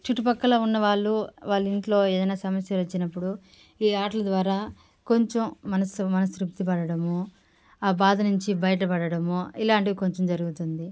చుట్టుపక్కల ఉన్నవాళ్లు వాళ్ళ ఇంట్లో ఏదైనా సమస్య వచ్చినప్పుడు ఈ ఆటల ద్వారా కొంచెం మనసు మనసు తృప్తి పడటము ఆ బాధ నుంచి బయటపడటము ఇలాంటివి కొంచెం జరుగుతుంది